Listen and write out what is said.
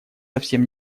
совсем